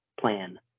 plan